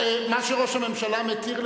מה שראש הממשלה מתיר לך,